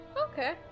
Okay